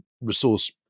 resource